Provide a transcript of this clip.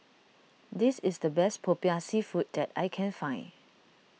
this is the best Popiah Seafood that I can find